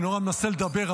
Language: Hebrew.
אני נורא מנסה לדבר,